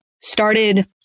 started